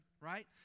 right